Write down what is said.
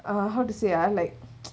uh how to say ah like